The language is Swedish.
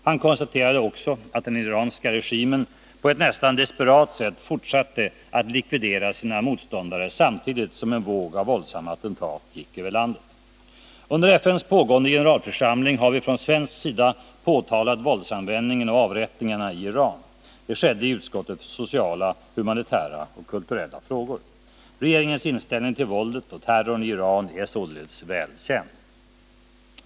Han konstaterade också att den iranska regimen på ett nästan desperat sätt fortsatte att likvidera sina motståndare samtidigt som en våg av våldsamma attentat gick över landet. Under FN:s pågående generalförsamling har vi från svensk sida påtalat våldsanvändningen och avrättningarna i Iran. Det skedde i utskottet för sociala, humanitära och kulturella frågor. Regeringens inställning till våldet och terrorn i Iran är således väl känd.